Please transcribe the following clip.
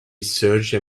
searched